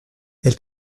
elle